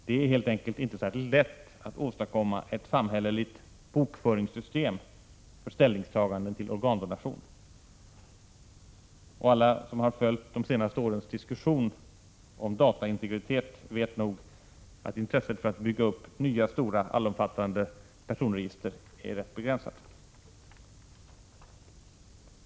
Det är helt enkelt inte särskilt lätt att åstadkomma ett samhälleligt bokföringssystem för ställningstaganden till organdonation. Alla som har följt de senaste årens diskussion om dataintegritet vet nog också att intresset för att bygga upp nya stora eller allomfattande personregister är rätt begränsat.